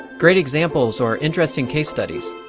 great examples or interesting case studies.